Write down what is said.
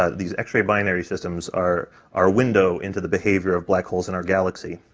ah these x-ray binary systems are our window into the behavior of black holes in our galaxy.